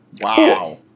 Wow